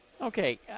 Okay